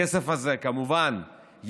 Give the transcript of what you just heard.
החוק התעלם לחלוטין מהעובדה שיש